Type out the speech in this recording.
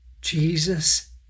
Jesus